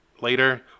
later